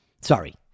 Sorry